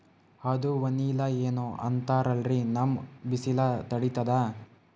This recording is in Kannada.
ಅದು ವನಿಲಾ ಏನೋ ಅಂತಾರಲ್ರೀ, ನಮ್ ಬಿಸಿಲ ತಡೀತದಾ?